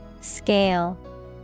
Scale